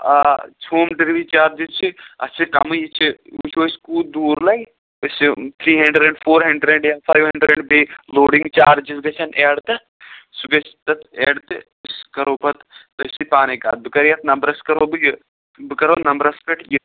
آ home delivery charges چھِ اَتھ چھِ کَمٕے یہِ چھِ وُچھو أسۍ کوٗت دوٗر لَگہِ أسۍ چھِ تھرٛی ہَنٛڈرَنڈ فور ہَنٛڈرَنٛڈ یا فایِو ہَنڈرنٛڈ بیٚیہِ لوڈِنٛگ چارجِز گژھان ایڈ تتھ سُہ گژھِ تَتھ ایڈ تہٕ أسۍ کَرو پَتہٕ أسۍ چھِ پانَے کران بہٕ کَرٕ یَتھ نمبرَس کَرو بہٕ یہِ بہٕ کرو نمبرَس پٮ۪ٹھ یہِ